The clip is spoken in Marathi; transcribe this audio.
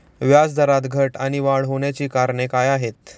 व्याजदरात घट आणि वाढ होण्याची कारणे काय आहेत?